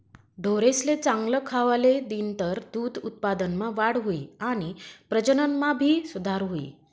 ढोरेसले चांगल खावले दिनतर दूध उत्पादनमा वाढ हुई आणि प्रजनन मा भी सुधार हुई